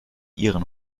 ihren